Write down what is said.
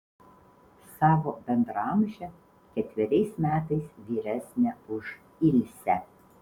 savo bendraamžę ketveriais metais vyresnę už ilsę